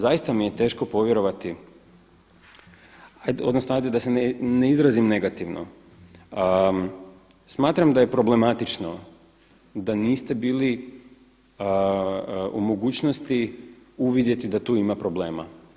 Zaista mi je teško povjerovati odnosno ajde da se ne izrazim negativno, smatram da je problematično da niste bili u mogućnosti uvidjeti da tu ima problema.